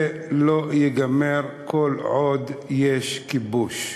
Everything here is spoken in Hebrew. זה לא ייגמר כל עוד יש כיבוש.